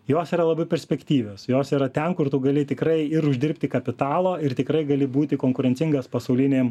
jos yra labai perspektyvios jos yra ten kur tu gali tikrai ir uždirbti kapitalo ir tikrai gali būti konkurencingas pasauliniam